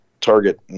target